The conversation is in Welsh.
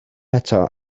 eto